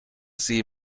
sie